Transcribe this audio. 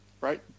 right